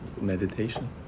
Meditation